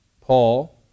Paul